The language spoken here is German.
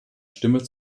stimme